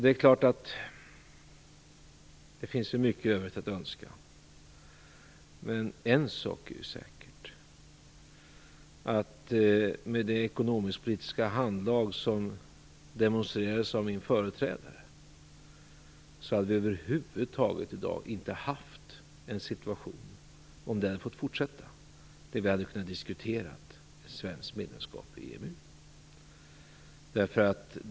Det finns naturligtvis mycket övrigt att önska, men en sak är säker: Med det ekonomiska handlag som demonstrerades av min företrädare hade vi - om det hade fått fortsätta - över huvud taget inte i dag haft en situation där vi hade kunnat diskutera ett svenskt medlemskap i EMU.